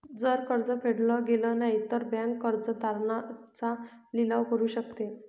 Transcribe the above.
जर कर्ज फेडल गेलं नाही, तर बँक कर्ज तारण चा लिलाव करू शकते